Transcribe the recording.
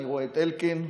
אני רואה את אלקין,